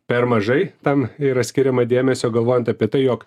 per mažai tam yra skiriama dėmesio galvojant apie tai jog